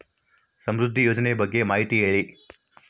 ಸಮೃದ್ಧಿ ಯೋಜನೆ ಬಗ್ಗೆ ಮಾಹಿತಿ ಹೇಳಿ?